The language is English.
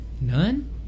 None